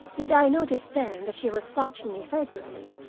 did i notice then that she was watching me furtively,